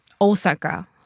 Osaka